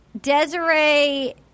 Desiree